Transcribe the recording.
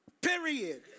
Period